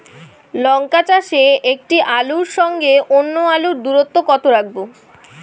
লঙ্কা চাষে একটি আলুর সঙ্গে অন্য আলুর দূরত্ব কত রাখবো?